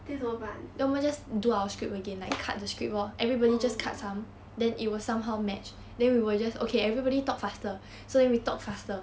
then 怎么办 oh